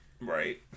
Right